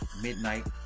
Midnight